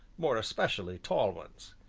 more especially tall ones.